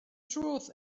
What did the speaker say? truth